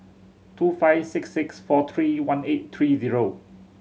two five six six four three one eight three zero